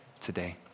today